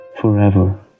Forever